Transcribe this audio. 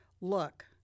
Look